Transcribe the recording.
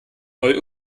neu